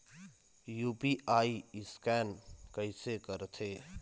UPI scan कइसे करथे?